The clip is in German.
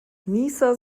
nieser